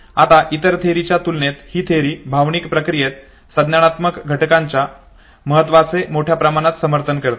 आता इतर थेअरीच्या तुलनेत ही थेअरी भावनिक प्रक्रियेत संज्ञानात्मक घटकांच्या महत्वाचे मोठ्या प्रमाणात समर्थन करते